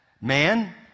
man